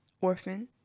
orphan